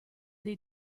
dei